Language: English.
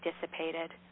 dissipated